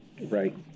Right